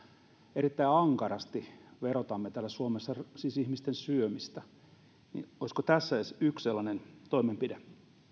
erittäin ankarasti verotamme täällä suomessa siis ihmisten syömistä olisiko tässä edes yksi sellainen toimenpide